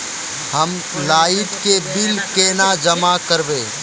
हम लाइट के बिल केना जमा करबे?